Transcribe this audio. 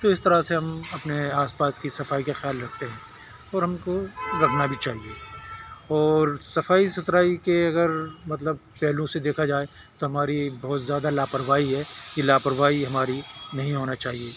تو اس طرح سے ہم اپنے آس پاس کی صفائی کا خیال رکھتے ہیں اور ہم کو رکھنا بھی چاہیے اور صفائی ستھرائی کے اگر مطلب پہلو سے دیکھا جائے تو ہماری بہت زیادہ لاپروائی ہے یہ لاپروائی ہماری نہیں ہونا چاہیے